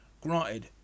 granted